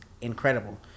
incredible